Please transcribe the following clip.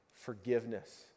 forgiveness